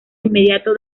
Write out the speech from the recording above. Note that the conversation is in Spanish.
inmediato